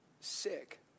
sick